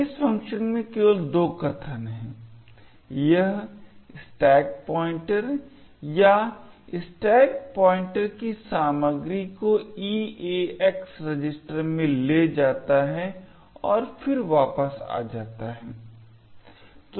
इस फ़ंक्शन में केवल दो कथन हैं यह स्टैक पॉइंटर या स्टैक पॉइंटर की सामग्री को EAX रजिस्टर में ले जाता है और फिर वापस आ जाता है